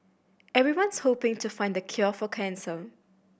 everyone's hoping to find the cure for cancer